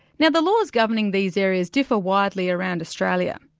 now the laws governing these areas differ widely around australia.